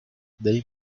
they